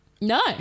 No